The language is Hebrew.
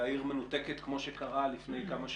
והעיר מנותקת כמו שקרה לפני כמה שנים.